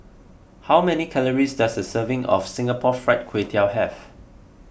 how many calories does a serving of Singapore Fried Kway Tiao have